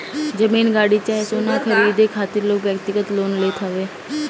जमीन, गाड़ी चाहे सोना खरीदे खातिर लोग व्यक्तिगत लोन लेत हवे